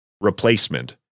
replacement